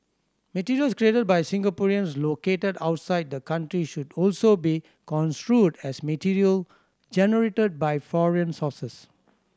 materials created by Singaporeans located outside the country should also be construed as material generated by foreign sources